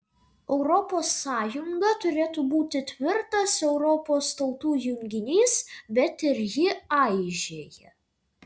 europos sąjunga turėtų būti tvirtas europos tautų junginys bet ir ji aižėja